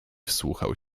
wsłuchał